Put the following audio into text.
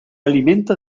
alimenta